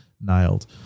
nailed